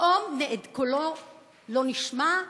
פתאום קולו לא נשמע?